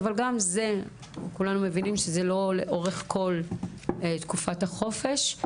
אבל כולנו מבינים שגם זה לא לאורך כל תקופת החופש.